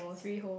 three hole